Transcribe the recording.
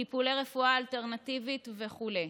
טיפולי רפואה אלטרנטיבית וכו'.